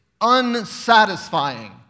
unsatisfying